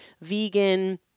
vegan